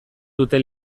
dute